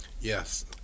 Yes